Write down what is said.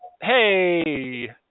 hey